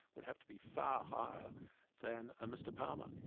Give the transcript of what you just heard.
would have to be far higher than a mr palmer.